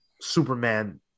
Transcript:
Superman